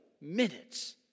minutes